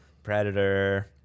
Predator